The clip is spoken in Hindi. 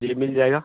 जी मिल जाएगा